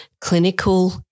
clinical